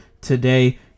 today